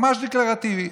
ממש דקלרטיבי.